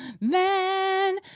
man